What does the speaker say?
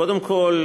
קודם כול,